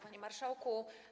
Panie Marszałku!